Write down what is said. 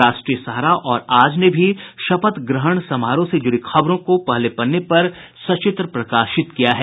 राष्ट्रीय सहारा और आज ने भी शपथ ग्रहण समारोह से जुड़ी खबरों को पहले पन्ने पर सचित्र प्रकाशित किया है